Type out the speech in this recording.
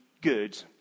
good